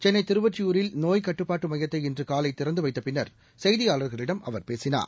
சென்னைதிருவொற்றியூரில் நோய்க் கட்டுப்பாட்டுமையத்தை இன்றுகாலைதிறந்துவைத்தபின்னர் செய்தியாளர்களிடம் அவர் பேசினார்